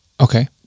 Okay